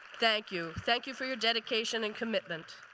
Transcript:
thank you. thank you for your dedication and commitment.